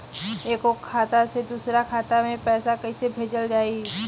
एगो खाता से दूसरा खाता मे पैसा कइसे भेजल जाई?